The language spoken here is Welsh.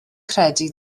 credu